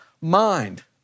mind